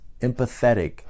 empathetic